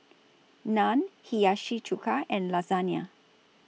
Naan Hiyashi Chuka and Lasagna